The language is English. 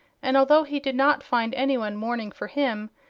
and although he did not find anyone morning for him,